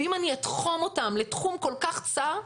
ואם אני אתחום אותם לתחום כל כך צר,